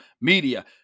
Media